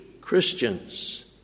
Christians